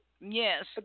yes